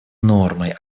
нормой